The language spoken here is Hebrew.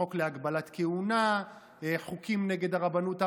חוק להגבלת כהונה, חוקים נגד הרבנות הראשית,